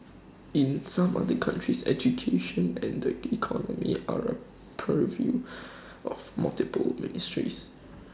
in some other countries education and the economy are purview of multiple ministries